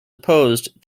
opposed